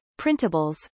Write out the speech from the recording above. printables